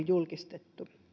julkistettu